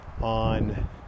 on